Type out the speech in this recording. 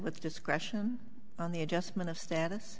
with discretion on the adjustment of status